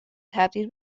تبدیل